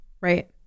right